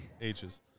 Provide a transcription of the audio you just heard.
H's